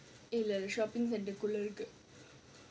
in the shopping centre குள்ள இருக்கு:kulla irukku